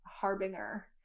harbinger